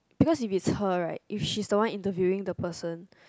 because if it's her right if she's the one interviewing the person